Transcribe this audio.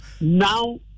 Now